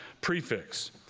prefix